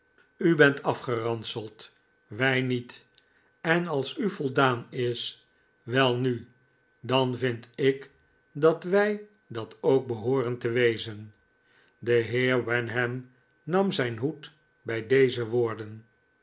u bent afgeranseld wij niet en als u voldaan is welnu dan vind ik dat wij dat ook behooren te wezen de heer wenham nam zijn hoed bij deze woorden